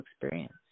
experience